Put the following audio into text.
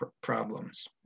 problems